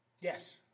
Yes